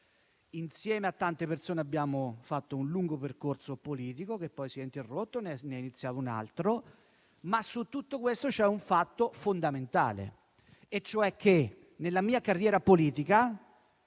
Insieme a tante persone abbiamo fatto un lungo percorso politico, che poi si è interrotto, ne è iniziato un altro, ma in tutto questo c'è un fatto fondamentale: nella mia carriera politica,